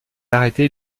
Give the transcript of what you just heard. arrêter